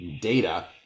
data